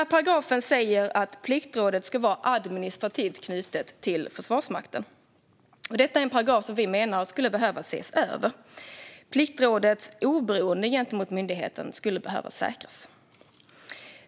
Paragrafen säger att Pliktrådet ska vara administrativt knutet till Försvarsmakten. Vi menar att denna paragraf behöver ses över och att Pliktrådets oberoende gentemot myndigheten behöver säkras.